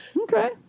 Okay